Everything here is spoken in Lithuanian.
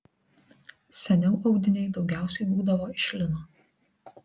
seniau audiniai daugiausiai būdavo iš lino